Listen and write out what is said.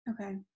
Okay